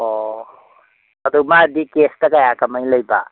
ꯑꯣ ꯑꯗꯨ ꯃꯥꯗꯤ ꯀꯦꯁꯇ ꯀꯌꯥ ꯀꯃꯥꯏꯅ ꯂꯩꯕ